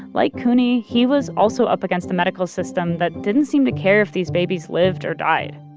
like couney, he was also up against the medical system that didn't seem to care if these babies lived or died.